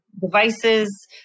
devices